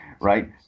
right